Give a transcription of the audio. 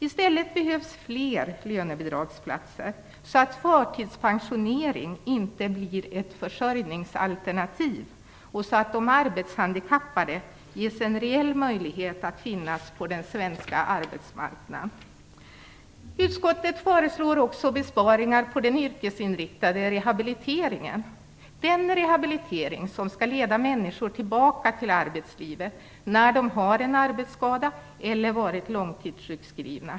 I stället behövs fler lönebidragsplatser, så att förtidspensionering inte blir ett försörjningsalternativ och så att de arbetshandikappade ges en reell möjlighet att finnas på den svenska arbetsmarknaden. Utskottet föreslår också besparingar på den yrkesinriktade rehabiliteringen, den rehabilitering som skall leda människor tillbaka till arbetslivet när de har en arbetsskada eller har varit långtidssjukskrivna.